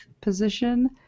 position